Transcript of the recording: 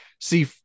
see